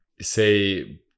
say